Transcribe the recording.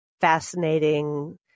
fascinating